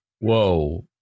Whoa